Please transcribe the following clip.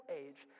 age